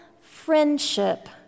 friendship